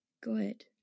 good